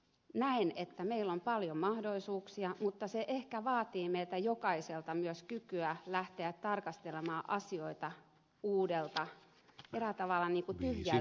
näen että meillä on paljon mahdollisuuksia mutta se ehkä vaatii meiltä jokaiselta myös kykyä lähteä tarkastelemaan asioita uudelta pohjalta eräällä tavalla tyhjältä pöydältä